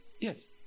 Yes